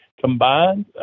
combined